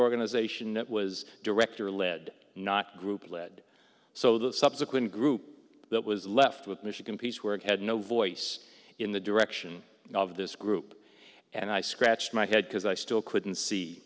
organization it was director led not group led so the subsequent group that was left with michigan piecework had no voice in the direction of this group and i scratched my head because i still couldn't see